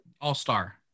All-star